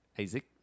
Isaac